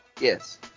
Yes